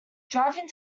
driving